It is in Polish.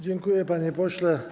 Dziękuję, panie pośle.